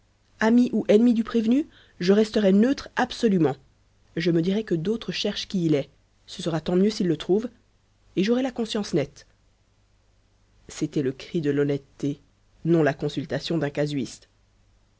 ami ou ennemi du prévenu je resterais neutre absolument je me dirais que d'autres cherchent qui il est ce sera tant mieux s'ils le trouvent et j'aurais la conscience nette c'était le cri de l'honnêteté non la consultation d'un casuiste